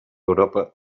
europa